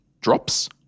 drops